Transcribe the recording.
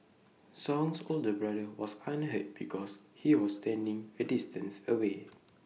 song's older brother was unhurt because he was standing A distance away